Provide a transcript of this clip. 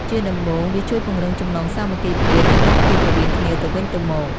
ជាដំបូង វាជួយពង្រឹងចំណងសាមគ្គីភាព និងមិត្តភាពរវាងគ្នាទៅវិញទៅមក។